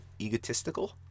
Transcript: egotistical